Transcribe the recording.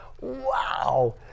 Wow